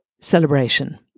celebration